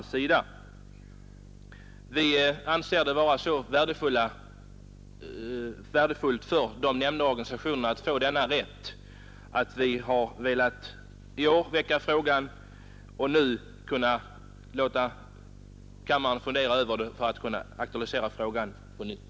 Vi motionärer anser det vara så värdefullt för de nämnda organisationerna att få tjänstebrevsrätt att vi har velat väcka frågan. Nu kan kammarens ledamöter fundera över förslaget, och sedan kommer vi att aktualisera det på nytt.